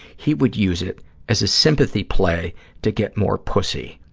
he would use it as a sympathy play to get more pussy,